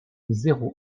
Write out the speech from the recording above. zéro